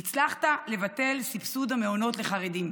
הצלחת לבטל את סבסוד המעונות לחרדים,